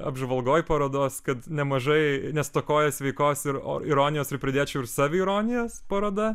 apžvalgoj parodos kad nemažai nestokoja sveikos ir ironijos ir pridėčiau ir saviironijos paroda